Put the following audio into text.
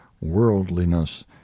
worldliness